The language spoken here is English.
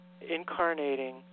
incarnating